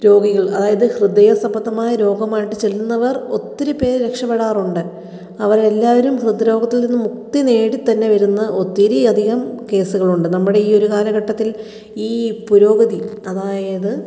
രോഗികൾ അതായത് ഹൃദയ സംബന്ധമായ രോഗമായിട്ട് ചെല്ലുന്നവർ ഒത്തിരി പേർ രക്ഷപ്പെടാറുണ്ട് അവരെല്ലാവരും ഹൃദ്രോഗത്തിൽ നിന്നും മുക്തി നേടി തന്നെ വരുന്ന ഒത്തിരി അധികം കേസുകളുണ്ട് നമ്മുടെ ഈ ഒരു കാലഘട്ടത്തിൽ ഈ പുരോഗതി അതായത്